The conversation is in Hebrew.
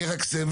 יהיה רק סבל.